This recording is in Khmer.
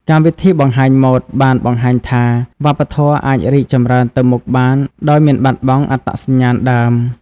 កម្មវិធីបង្ហាញម៉ូដបានបង្ហាញថាវប្បធម៌អាចរីកចម្រើនទៅមុខបានដោយមិនបាត់បង់អត្តសញ្ញាណដើម។